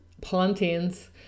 plantains